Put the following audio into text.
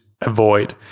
avoid